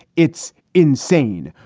it's insane.